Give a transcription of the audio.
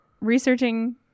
researching